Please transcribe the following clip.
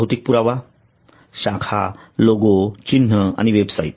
भौतिक पुरावा शाखा लोगो चिन्ह आणि वेबसाइट